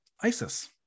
Isis